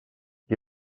qui